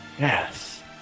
yes